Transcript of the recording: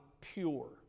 pure